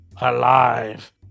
alive